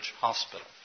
hospital